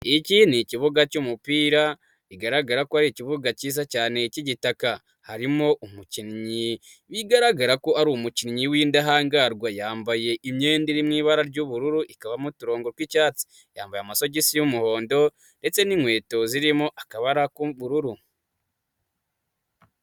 Iki ni ikibuga cy'umupira ,kigaragara ko ari ikibuga cyiza cyane cy'igitaka .Harimo umukinnyi bigaragara ko ari umukinnyi w'indahangarwa yambaye imyenda iri mu ibara ry'ubururu, ikabamo uturongo tw'icyatsi, yambaye amasogisi y'umuhondo ndetse n'inkweto zirimo akabara k'ubururu.